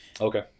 Okay